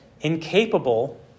incapable